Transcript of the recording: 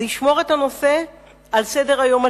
לשמור את הנושא על סדר-היום הציבורי.